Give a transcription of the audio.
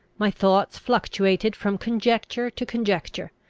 my thoughts fluctuated from conjecture to conjecture,